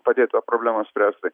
padėt tą problemą spręsti